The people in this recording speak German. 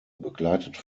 begleitet